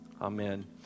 Amen